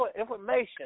information